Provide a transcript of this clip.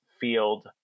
field